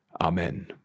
amen